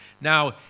now